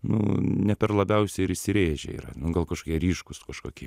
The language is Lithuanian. nu ne per labiausiai ir įsirėžę yra nu gal kažkokie ryškūs kažkokie